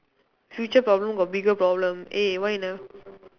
future problem got bigger problem eh why you never